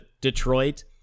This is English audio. Detroit